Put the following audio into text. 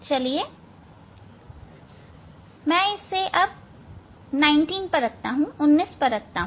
चलिए मानिए मैं इसे 19 पर रखता हूं